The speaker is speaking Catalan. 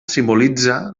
simbolitza